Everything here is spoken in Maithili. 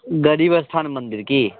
गरीबस्थान मन्दिर की